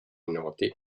noti